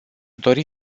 dori